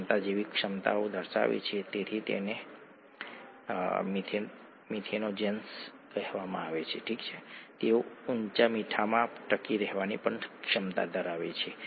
દાખલા તરીકે glucose 6 phosphate તેના ફોસ્ફેટ જૂથને એડીપી બનાવવા માટે એડીપી માં તબદિલ કરી શકે છે